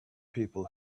people